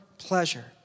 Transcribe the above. pleasure